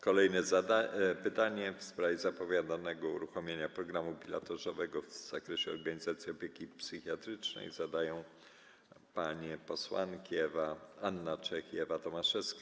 Kolejne pytanie w sprawie zapowiadanego uruchomienia programu pilotażowego w zakresie organizacji opieki psychiatrycznej zadadzą panie posłanki Anna Czech i Ewa Tomaszewska.